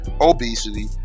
obesity